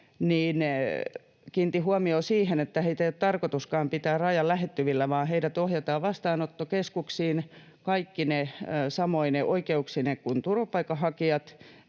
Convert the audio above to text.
kiinnitin huomiota siihen, että heitä ei ole tarkoituskaan pitää rajan lähettyvillä, vaan heidät ohjataan vastaanottokeskuksiin kaikkine samoine oikeuksineen kuin on turvapaikanhakijoilla